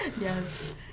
Yes